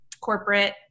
corporate